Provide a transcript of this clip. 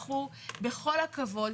בכל הכבוד,